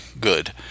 good